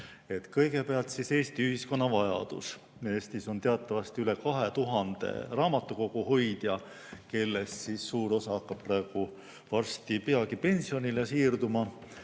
Kõigepealt, Eesti ühiskonna vajadus. Eestis on teatavasti üle 2000 raamatukoguhoidja, kellest suur osa hakkab peagi pensionile siirduma.